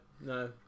no